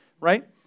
right